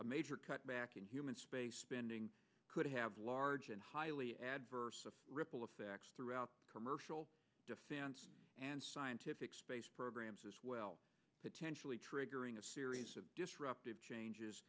a major cutback in human space spending could have large and highly adverse ripple effects throughout commercial and scientific space programs as well potentially triggering a series of disruptive changes